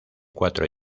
cuatro